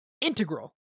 integral